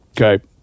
Okay